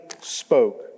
spoke